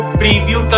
preview